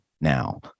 now